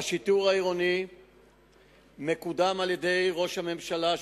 השיטור העירוני מקודם על-ידי ראש הממשלה,